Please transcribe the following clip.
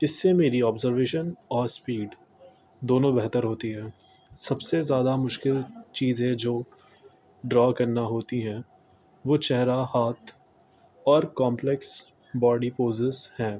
اس سے میری آبزرویشن اور اسپیڈ دونوں بہتر ہوتی ہے سب سے زیادہ مشکل چیزیں جو ڈرا کرنا ہوتی ہیں وہ چہرا ہاتھ اور کمپلیکس باڈی پوزز ہیں